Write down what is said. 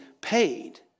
paid